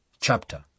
chapter